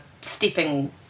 stepping